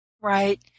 Right